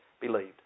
believed